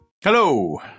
Hello